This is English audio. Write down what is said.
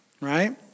right